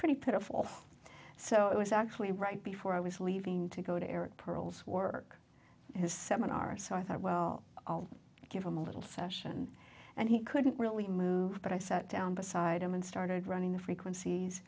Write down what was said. pretty pitiful so it was actually right before i was leaving to go to eric pearl's work his seminar so i thought well i'll give him a little session and he couldn't really move but i sat down beside him and started running the frequencies